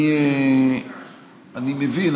אני מבין.